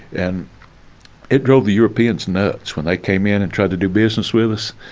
and it drove the europeans nuts when they came in and tried to do business with us.